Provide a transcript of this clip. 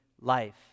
life